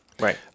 right